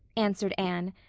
answered anne,